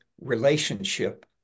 relationship